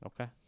Okay